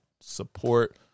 support